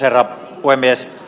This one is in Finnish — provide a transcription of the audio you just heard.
herra puhemies